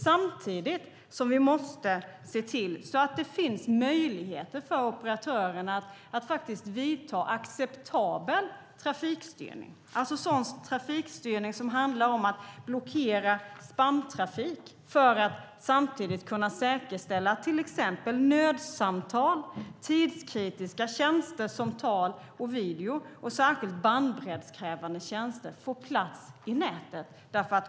Samtidigt måste vi se till att det finns möjligheter för operatörerna till acceptabel trafikstyrning, vilket handlar om att blockera spamtrafik för att kunna säkerställa att till exempel nödsamtal, tidskritiska tjänstesamtal och videor och särskilt bandbreddskrävande tjänster får plats i nätet.